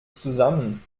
zusammen